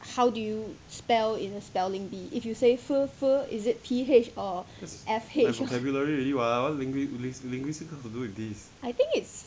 how do you spell in a spelling bee if you fur fur is it p h or f h I think it's